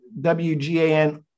WGAN